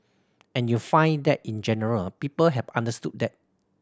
and you find that in general people have understood that